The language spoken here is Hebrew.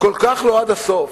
כל כך לא עד הסוף.